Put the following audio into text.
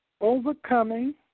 overcoming